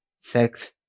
sex